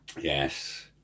Yes